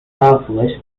southwest